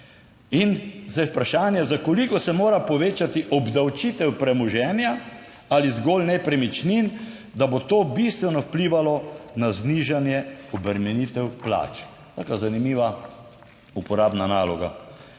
vprašanje - za koliko se mora povečati obdavčitev premoženja ali zgolj nepremičnin, da bo to bistveno vplivalo na znižanje obremenitev plač? Taka zanimiva uporabna naloga.